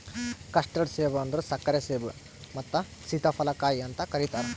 custard ಸೇಬ ಅಂದುರ್ ಸಕ್ಕರೆ ಸೇಬು ಮತ್ತ ಸೀತಾಫಲ ಕಾಯಿ ಅಂತ್ ಕರಿತಾರ್